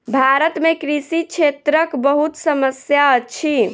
भारत में कृषि क्षेत्रक बहुत समस्या अछि